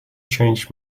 changed